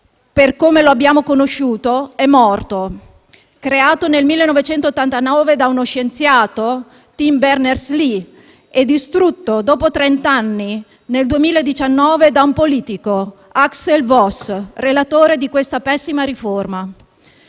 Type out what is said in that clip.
per come lo abbiamo conosciuto, è morto: creato nel 1989 da uno scienziato, Tim Berners Lee, e distrutto dopo trent'anni, nel 2019, da un politico, Axel Voss, relatore di questa pessima riforma.